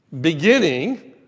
beginning